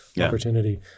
opportunity